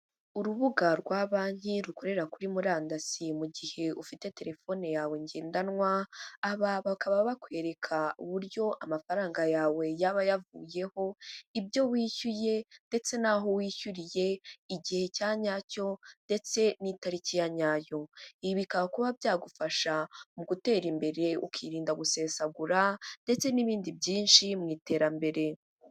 Urubuga rwa banki rukorera kuri murandasi mu gihe ufite telefone yawe ngendanwa, aba bakaba bakwereka uburyo amafaranga yawe yaba yavuyeho, ibyo wishyuye ndetse n'aho wishyuriye, igihe cya nyacyo ndetse n'itariki ya nyayo. Ibi bikaba kuba byagufasha mu gutera imbere ukirinda gusesagura ndetse n'ibindi byinshi mu iterambere.